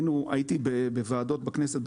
הייתי בוועדות בכנסת,